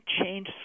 change